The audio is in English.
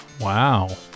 Wow